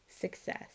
success